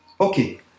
Okay